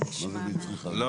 מה